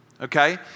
okay